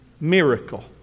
Miracle